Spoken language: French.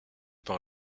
par